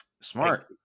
smart